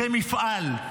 זה מפעל.